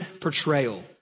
portrayal